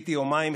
חיכיתי יומיים,